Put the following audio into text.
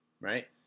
right